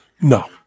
No